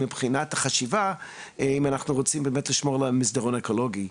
מבחינת החשיבה שלנו של אם אנחנו רוצים לשמור באמת על המסדרון האקולוגי.